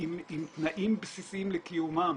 עם תנאים בסיסיים לקיומן,